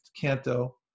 canto